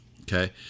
okay